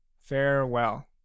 farewell